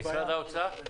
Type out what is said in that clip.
משרד האוצר.